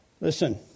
Listen